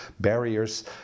barriers